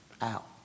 out